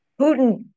Putin